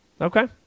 Okay